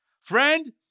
friend